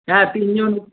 হ্যাঁ তিনজন